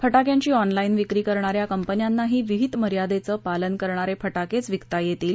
फटाक्यांची ऑनलाईन विक्री करणा या कंपन्यांनाही विहीत मर्यादेचं पालन करणारे फटाकेच विकता येतील